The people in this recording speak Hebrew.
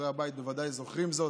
חברי הבית בוודאי זוכרים זאת,